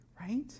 right